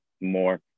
more